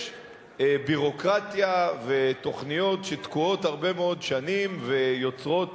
יש ביורוקרטיה ותוכניות שתקועות הרבה מאוד שנים ויוצרות